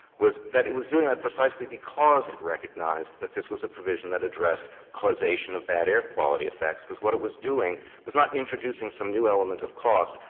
was that it was doing that precisely because it recognized that this was a provision that addressed causation of bad air quality effects. because what it was doing was not introducing some new element of cost,